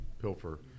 pilfer